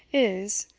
is,